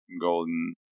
golden